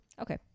Okay